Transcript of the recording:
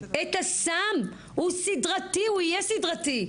אישה את הסם הוא סדרתי, הוא יהיה סדרתי,